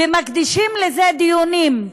ומקדישים לזה דיונים,